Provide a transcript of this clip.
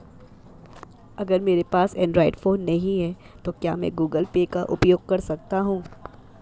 अगर मेरे पास एंड्रॉइड फोन नहीं है तो क्या मैं गूगल पे का उपयोग कर सकता हूं?